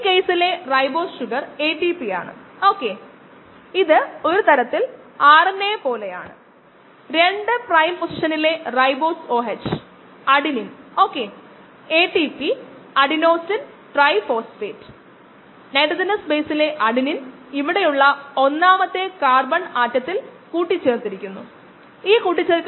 ഇതെല്ലാം നമ്മൾ പിന്തുടരുകയാണെങ്കിൽ അത് നല്ലതാണ് അല്ലാത്തപക്ഷം അളക്കേണ്ട ആവശ്യമുള്ളപ്പോഴെല്ലാം ഇത് മനസ്സിൽ വയ്ക്കുക നമ്മൾ ഇത് വിശദമായി പരിശോധിക്കുകയോ അല്ലെങ്കിൽ ചില റഫറൻസ് പുസ്തകം നോക്കുകയോ ചെയ്യുക